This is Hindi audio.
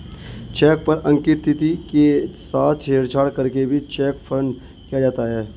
चेक पर अंकित तिथि के साथ छेड़छाड़ करके भी चेक फ्रॉड किया जाता है